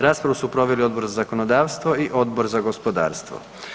Raspravu su proveli Odbor za zakonodavstvo i Odbor za gospodarstvo.